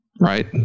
Right